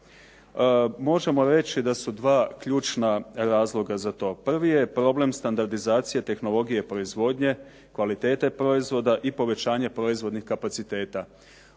Možemo reći da su dva ključna razloga. Prvi je problem standardizacije tehnologije proizvodnje, kvalitete proizvoda i povećanje proizvodnih kapaciteta.